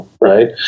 right